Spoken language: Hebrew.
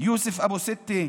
יוסף אבו סתה,